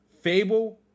Fable